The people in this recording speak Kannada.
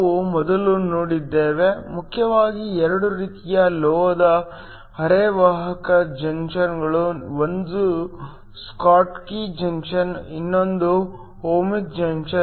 ನಾವು ಮೊದಲು ನೋಡಿದ್ದೇವೆ ಮುಖ್ಯವಾಗಿ 2 ರೀತಿಯ ಲೋಹದ ಅರೆವಾಹಕ ಜಂಕ್ಷನ್ಗಳು 1 ನಿಮ್ಮ ಸ್ಕಾಟ್ಕಿ ಜಂಕ್ಷನ್ ಇನ್ನೊಂದು ಓಮಿಕ್ ಜಂಕ್ಷನ್